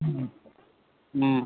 ம் ம்